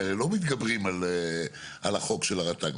כי הרי לא מתגברים על החוק של הרט"ג,